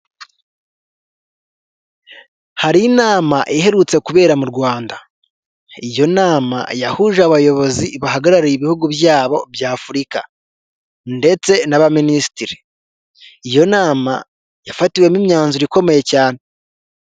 Hari inama iherutse kubera mu Rwanda, iyo nama yahuje abayobozi bahagarariye ibihugu byabo bya Afurika ndetse n'abaminisitiri, iyo nama yafatiwemo imyanzuro ikomeye cyane.